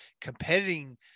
competing